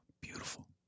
beautiful